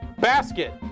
BASKET